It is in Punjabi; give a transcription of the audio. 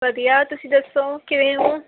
ਵਧੀਆ ਤੁਸੀਂ ਦੱਸੋ ਕਿਵੇਂ ਹੋ